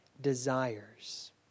desires